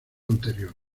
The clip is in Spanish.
anterior